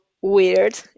weird